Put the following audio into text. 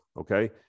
Okay